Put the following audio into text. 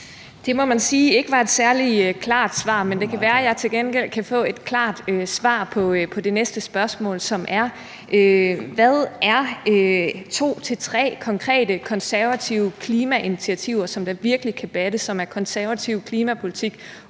Det må man sige ikke var et særlig klart svar, men det kan være, at jeg til gengæld kan få et klart svar på det næste spørgsmål, som er: Hvad er to-tre konkrete konservative klimainitiativer, der virkelig kan batte, og som er konservativ klimapolitik,